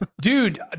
Dude